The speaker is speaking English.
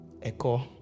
Echo